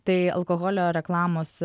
tai alkoholio reklamos